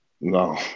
No